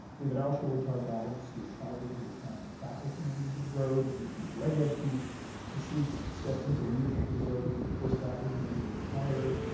david altshuler, todd golub, and stuart schreiber, who were founding faculty members of the broad, and aviv regev, who has since stepped into leadership at the broad, who was the first faculty member we hired,